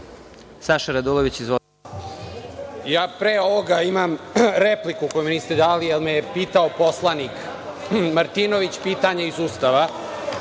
**Saša Radulović** Pre ovoga imam repliku koju mi niste dali, ali me je pitao poslanik Martinović, pitanje je iz Ustava.